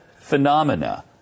phenomena